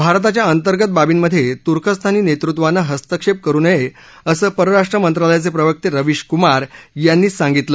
भारताच्या अंतर्गत बाबींमध्ये त्र्कस्तानी नेतृत्वानं हस्तक्षेप करू नये असं परराष्ट्रं मंत्रालयाचे प्रवक्ते रवीश क्मार यांनी सांगितलं